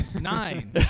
Nine